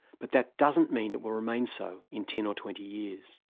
but that doesn't mean it will remain so in ten or twenty years.